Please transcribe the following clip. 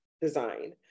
design